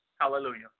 Hallelujah